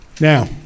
Now